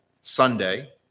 Sunday